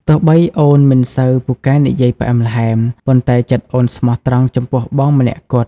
ទោះបីអូនមិនសូវពូកែនិយាយផ្អែមល្ហែម ប៉ុន្តែចិត្តអូនស្មោះត្រង់ចំពោះបងម្នាក់គត់។